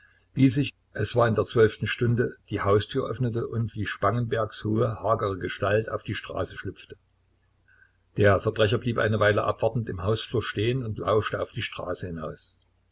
wie sich es war in der zwölften stunde die haustür öffnete und wie spangenbergs hohe hagere gestalt auf die straße schlüpfte der verbrecher blieb eine weile abwartend im hausflur stehen und lauschte auf die straße hinaus